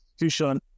institution